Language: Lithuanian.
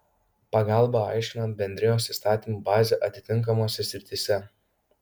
pagalbą aiškinant bendrijos įstatymų bazę atitinkamose srityse